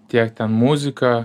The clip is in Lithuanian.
tiek ten muzika